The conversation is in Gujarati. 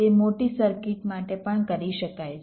તે મોટી સર્કિટ માટે પણ કરી શકાય છે